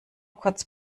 kurz